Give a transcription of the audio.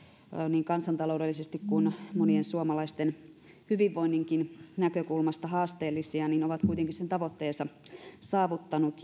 niin kansantaloudellisesti kuin monien suomalaisten hyvinvoinninkin näkökulmasta haasteellisia ovat kuitenkin sen tavoitteensa saavuttaneet